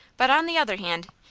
but, on the other hand,